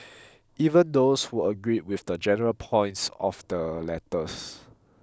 even those who agreed with the general points of the letters